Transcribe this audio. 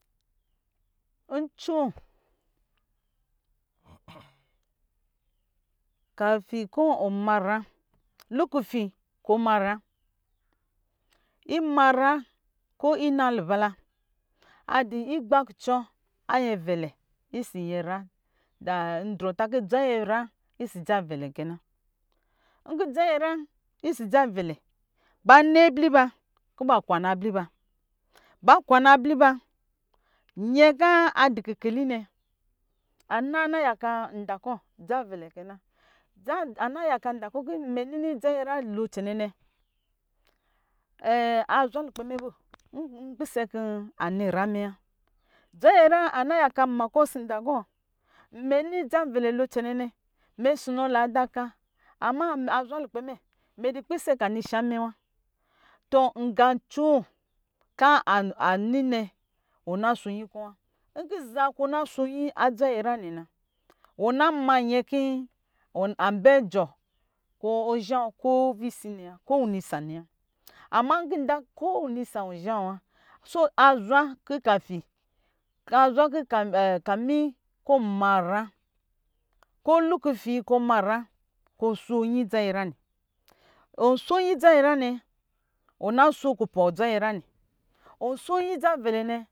Ncoo kafi kɔ ɔ ma nyra lukufi kɔ ɔ ma nyra, ima nyra ko ina luba la adu igba ku cɔ ayɛvɛlɛ ɔsɔ nyɛ nyra ndrɔ taki dza nyi nyra ɔsɔ dzavɛvɛ nkɔ dzanyɛnyra ɔsɔ dzavɛ lɛ ba ni abliba kɔ ba kwana abliba, ba kwana abliba nyɛ kɔ a dɔ kike linɛ ana yaka nda kɔ dza vɛlɛ kɛ na ana yaka nda kɔ kɔ imɛ nini dza nyɛnyra lo cɛnɛ azwa lukpɛ mɛ bɔ npisɛ kɔ anɔ rame wa dza nyɛ nyra ana yaka mma kɔ ɔsɔ nda kɔ imɛ nini dzavɛla ko canɛ ama lada cka ama azwe lukpɛ in mɛ dɔ pisɛ kɔa ni sha ma wa tɔ aqa ncoo ka an- aninɛ wɔ na ɔn na sho nyi kɔ wa za kɔ ɔna sho nyi adza nyi nyre nɛna wɔ na ma nyɛ kɔ abɛ ɔɔɔ kɔ wɔ shawɔ kovisi nɛwa kowinisa nɛ wa ama nkɔ nda kowini isa wɔnzhawɔ wa so azwɔ kɔ kafi kami kɔ ɔnmanyra ko lukufikɔ s manyra sho nyi dza nyra nɛ ɔsho nyi dza nyi nyra nɛ ɔ na sho kubɔ dza nyi nyra nɛ ɔsho nyi dza vɛla nɛ